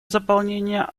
заполнения